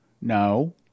No